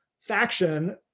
faction